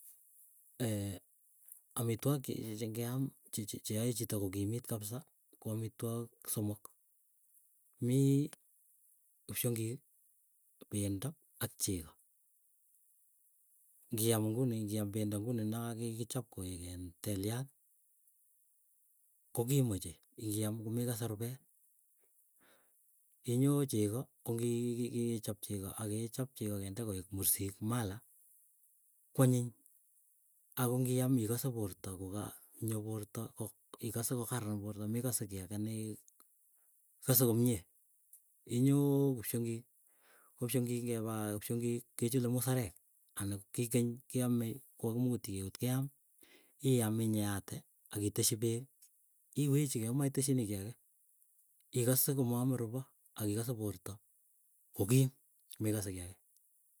Ee, amitwok chengeam cheae chito kokimit kabsa ko amitwok somok. Mii kipsyongik pendo ak chego. Ngiam inginupendo nakikichop keek teliat kokim ochei. Ngiam komekase rupet inyoo chegoo kongii ichop chego akii akechop chego kende kloek mursik, mala kwanyiny ako ngiam ikose porta kokaa nyo porta ko ikose kokaran porta mekase kiiy agee nee ikose komie. Inyoo kipsyongiik ko pyongik ngepaa pysongik, kechule musarek ana kikeny keamei kokakimukutchi keut keam iam inyeeate akiteschi peek iwechikei komaiteschinii kiiy agee ikose komaamin rupooakikase porta kokim mekase kii agee.